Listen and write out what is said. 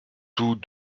tous